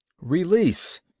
Release